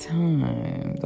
time